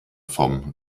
vom